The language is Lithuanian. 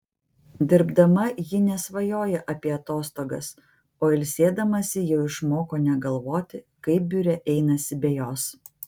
dirbdama ji nesvajoja apie atostogas o ilsėdamasi jau išmoko negalvoti kaip biure einasi be jos